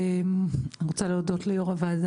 לא, הוא יכול לבדוק לפני המעבר